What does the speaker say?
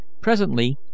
Presently